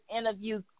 interview